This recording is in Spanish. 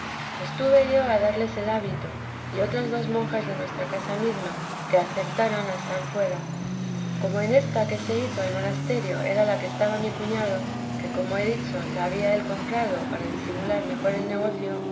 estuve yo a darles el hábito y otras dos monjas de nuestra casa mesma que acertaron a estar fuera como en ésta que se hizo el monasterio era la que estaba mi cuñado que como he dicho la había él comprado por disimular mejor el negocio